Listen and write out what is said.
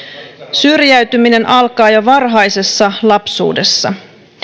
syrjäytyminen alkaa jo varhaisessa lapsuudessa